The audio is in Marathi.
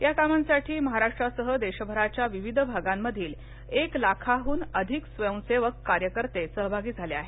या कामासाठी महाराष्ट्रासह देशभराच्या विविध भागांमधील एक लाखांहून अधिक स्वयंसेवक कार्यकर्ते सहभागी झाले आहेत